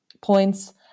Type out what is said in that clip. points